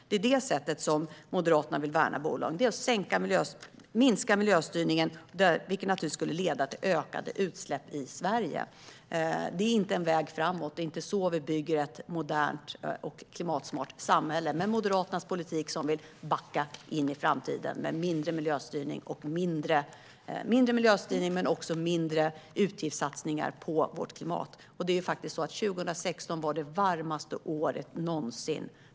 Det är på det sättet Moderaterna vill värna om bolagen: genom att minska miljöstyrningen, vilket naturligtvis skulle leda till ökade utsläpp i Sverige. Det är inte en väg framåt. Det är inte på det sättet vi bygger ett modernt och klimatsmart samhälle. Med Moderaternas politik skulle vi backa in i framtiden, med mindre miljöstyrning men också mindre utgiftssatsningar på vårt klimat. År 2016 var det varmaste året någonsin.